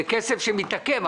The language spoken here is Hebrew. זה כסף שמתעכב.